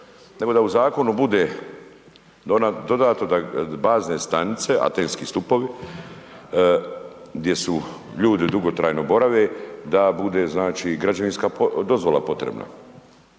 Nego da u zakonu bude dodato da bazne stanice, antenski stupovi, gdje su ljudi dugotrajno borave, da bude znači građevinska dozvola potrebna.